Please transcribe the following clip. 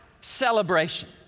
celebration